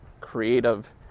creative